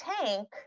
tank